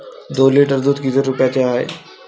दोन लिटर दुध किती रुप्याचं हाये?